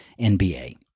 NBA